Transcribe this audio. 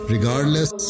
Regardless